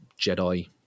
Jedi